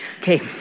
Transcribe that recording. Okay